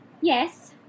Yes